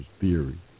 theory